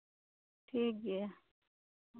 ᱴᱷᱤᱠ ᱜᱮᱭᱟ